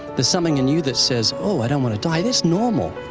there's something in you that says, oh, i don't want to die. that's normal.